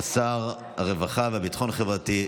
שר הרווחה והביטחון החברתי,